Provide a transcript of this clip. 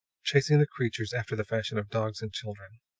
chasing the creatures after the fashion of dogs and children.